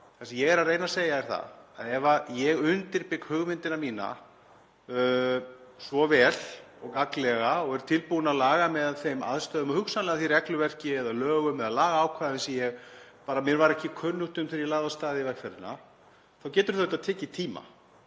sem ég er að reyna að segja er að ef ég undirbygg hugmynd mína svo vel og gagnlega og er tilbúinn að laga mig að aðstæðum og hugsanlega því regluverki eða lögum eða lagaákvæðum sem mér var bara ekki kunnugt um þegar ég lagði af stað í vegferðina þá getur það tekið tíma.